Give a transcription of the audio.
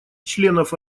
членов